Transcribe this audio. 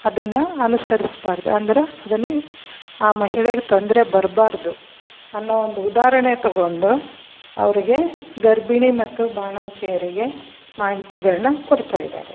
ಅದನ್ನು ಅನುಸರ್ಸ್ಬಾರ್ದು ಅಂದ್ರೆ ಅದನ್ನೆ ಆ ಮಹಿಳೆಗೆ ತೊಂದರೆ ಬರಬಾರ್ದು ಅನ್ನೋ ಒಂದು ಉದಾಹರಣೆ ತೊಗೊಂಡು ಅವ್ರಿಗೆ ಗರ್ಭಿಣಿ ಮತ್ತು ಬಾಣಂತಿಯರಿಗೆ ಮಾಹಿತಿಗಳನ್ನ ಕೊಡ್ತಾಯಿದ್ದಾರೆ